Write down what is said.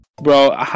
Bro